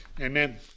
amen